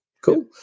Cool